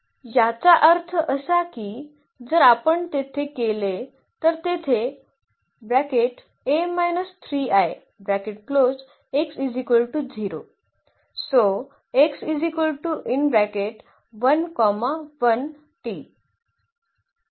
याचा अर्थ असा की जर आपण तसे केले तर येथे